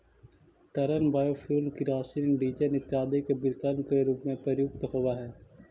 तरल बायोफ्यूल किरासन, डीजल इत्यादि के विकल्प के रूप में प्रयुक्त होवऽ हई